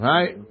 Right